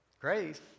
grace